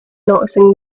noticing